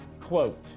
quote